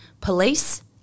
police